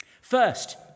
First